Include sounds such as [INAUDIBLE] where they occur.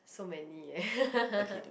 so many eh [LAUGHS]